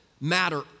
matter